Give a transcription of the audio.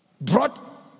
brought